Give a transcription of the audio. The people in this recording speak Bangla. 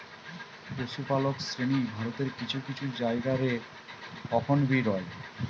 পশুপালক শ্রেণী ভারতের কিছু কিছু জায়গা রে অখন বি রয়